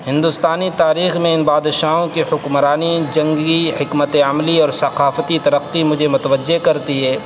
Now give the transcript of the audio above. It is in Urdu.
ہندوستانی تاریخ میں ان بادشاہوں کے حکمرانی جنگی حکمت عملی اور ثقافتی ترقی مجھے متوجہ کرتی ہے